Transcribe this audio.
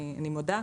אני מודה,